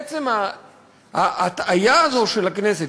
עצם ההטעיה הזאת של הכנסת,